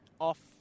off